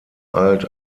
alt